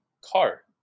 car